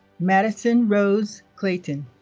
madison rose clayton